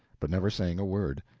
but never saying a word.